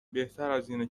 بهترازاینه